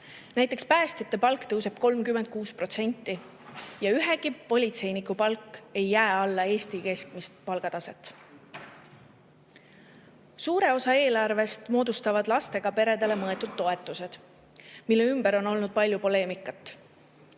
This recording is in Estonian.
tõuseb päästjate palk 36% ja ühegi politseiniku palk ei jää alla Eesti keskmisele palgale. Suure osa eelarvest moodustavad lastega peredele mõeldud toetused, mille ümber on olnud palju poleemikat.